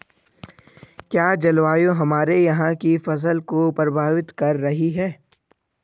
क्या जलवायु हमारे यहाँ की फसल को प्रभावित कर रही है?